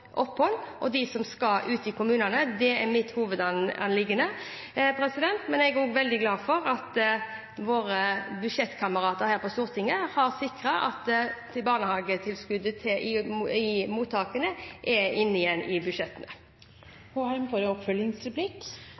opphold, og som skal ut i kommunene. Det er mitt hovedanliggende. Jeg er også veldig glad for at våre budsjettkamerater her på Stortinget har sikret at barnehagetilskuddet til mottakene er inne igjen i